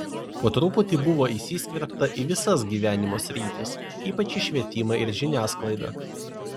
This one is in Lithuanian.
po truputį buvo įsiskverbta į visas gyvenimo sritis ypač į švietimą ir žiniasklaidą